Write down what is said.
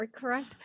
correct